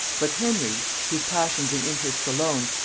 but henry, whose passions and interests alone,